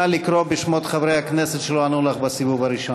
נא לקרוא בשמות חברי הכנסת שלא ענו לך בסיבוב הראשון.